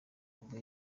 ubwo